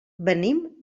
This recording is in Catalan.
venim